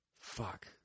Fuck